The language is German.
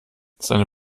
seine